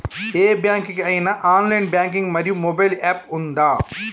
ఏ bank కి ఐనా online banking మరియు మొబైల్ యాప్ ఉందా?